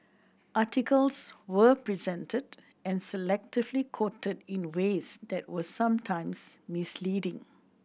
articles were presented and selectively quoted in ways that were sometimes misleading